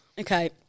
Okay